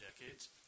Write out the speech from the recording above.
decades